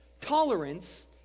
Tolerance